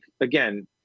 again